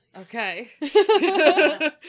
Okay